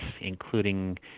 including